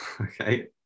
Okay